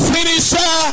Finisher